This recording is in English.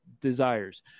desires